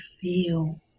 feel